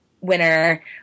winner